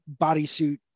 bodysuit